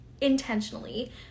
intentionally